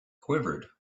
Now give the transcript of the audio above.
quivered